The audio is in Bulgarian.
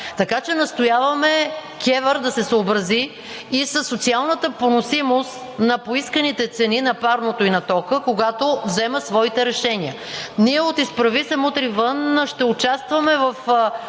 Така че настояваме КЕВР да се съобрази и със социалната поносимост на поисканите цени на парното и на тока, когато взема своите решения. Ние от „Изправи се! Мутри вън!“ ще участваме в